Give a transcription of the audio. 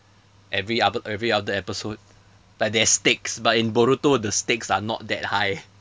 every other every other episode like there is stakes but in boruto the stakes are not that high